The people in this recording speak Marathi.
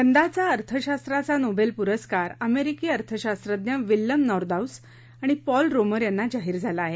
यंदाचा अर्थशास्त्राचा नोबेल पुरस्कार अमेरिकी अर्थशास्त्रज्ञ विल्यम नॅरदाऊस आणि पॉल रोमर यांना जाहीर झाला आहे